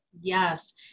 Yes